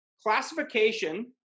classification